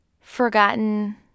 forgotten